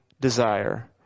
Desire